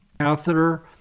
catheter